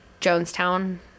Jonestown